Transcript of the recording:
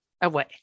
away